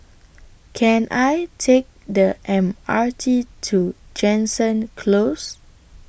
Can I Take The M R T to Jansen Close